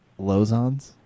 Lozons